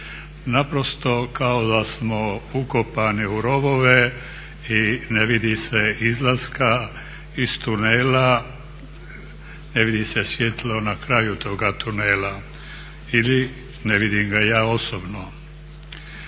Naprosto kao da smo ukopani u rovove i ne vidi se izlaska iz tunela, ne vidi se svjetlo na kraju toga tunela, ili ne vidim ga ja osobno.